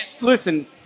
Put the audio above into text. listen